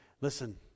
Listen